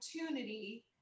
opportunity